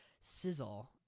sizzle